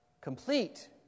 complete